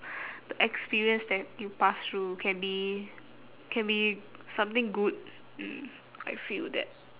the experience that you pass through can be can be something good mm I feel that